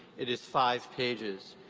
it is five pages.